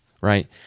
right